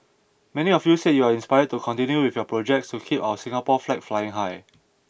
many of you said you are inspired to continue with your projects to keep our Singapore flag flying high